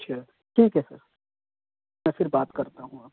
اچھا ٹھیک ہے سر میں پھر بات کرتا ہوں آپ سے